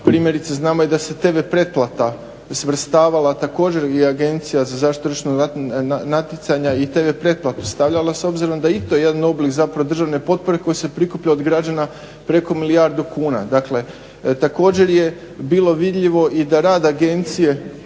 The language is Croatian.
Primjerice, znamo i da se tv pretplata svrstavala također i Agencija za zaštitu tržišnog natjecanja i tv pretplatu stavljala s obzirom da je i to jedan oblik zapravo državne potpore koji se prikuplja od građana preko milijardu kuna. Također je bilo vidljivo i da rad agencije